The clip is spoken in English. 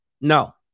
No